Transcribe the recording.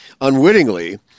unwittingly